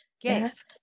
Yes